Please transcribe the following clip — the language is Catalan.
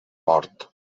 mort